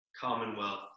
commonwealth